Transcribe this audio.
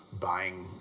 buying